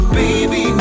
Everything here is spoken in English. baby